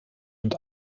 und